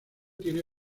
tiene